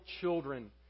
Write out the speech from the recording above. children